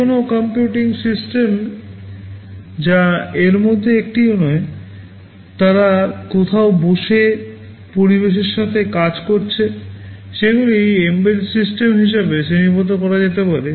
যে কোনও computing system যা এর মধ্যে একটি নয় তারা কোথাও বসে পরিবেশের সাথে কাজ করছে সেগুলি এমবেডেড সিস্টেম হিসাবে শ্রেণীবদ্ধ করা যেতে পারে